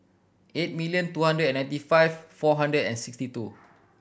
eight million two hundred and ninety five four hundred and sixty two